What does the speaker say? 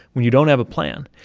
when you don't have a plan,